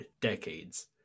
decades